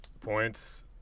points